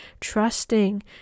trusting